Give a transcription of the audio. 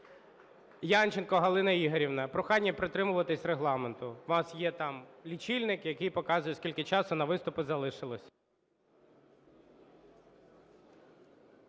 Янченко Галина Ігорівна. Прохання притримуватись регламенту. У вас там є лічильник, який показує, скільки часу на виступи залишилося.